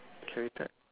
can return